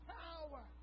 power